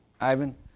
Ivan